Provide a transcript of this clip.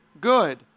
good